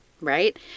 right